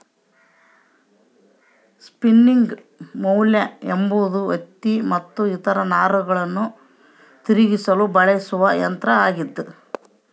spinning mule ಎಂಬುದು ಹತ್ತಿ ಮತ್ತು ಇತರ ನಾರುಗಳನ್ನು ತಿರುಗಿಸಲು ಬಳಸುವ ಯಂತ್ರ ಆಗ್ಯದ